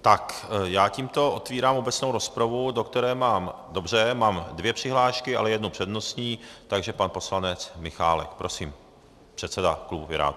Tak já tímto otevírám obecnou rozpravu, do které mám, dobře, dvě přihlášky, ale jednu přednostní, takže pan poslanec Michálek, předseda klubu Pirátů.